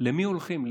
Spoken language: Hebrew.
למי הולכים?